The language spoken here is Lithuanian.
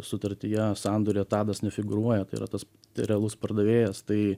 sutartyje sandorio tadas nefigūruoja tai yra tas tai realus pardavėjas tai